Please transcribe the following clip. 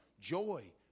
joy